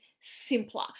simpler